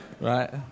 right